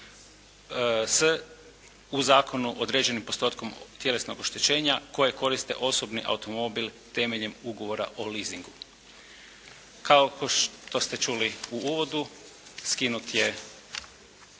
s u zakonu određenim postotkom tjelesnog oštećenja koje koriste osobni automobil temeljem ugovora o leasingu. Kao što ste čuli u uvodu skinut je